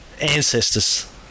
Ancestors